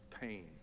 Pain